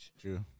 true